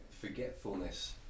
forgetfulness